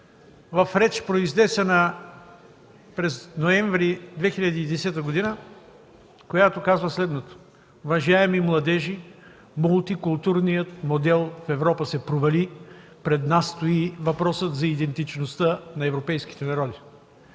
– реч, произнесена през ноември 2010 г., в която казва следното: „Уважаеми младежи, мултикултурният модел в Европа се провали. Предстои въпросът за идентичността на европейските народи”